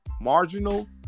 marginal